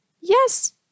Yes